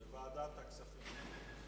לוועדת הכספים.